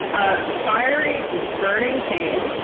a fiery, burning pain.